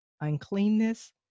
uncleanness